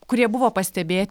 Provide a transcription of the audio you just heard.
kurie buvo pastebėti